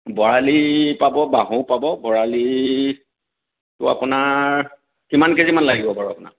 বৰালি পাব বাহু পাব বৰালিটো আপোনাৰ কিমান কেজি লাগিব বাৰু আপোনাক